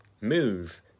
move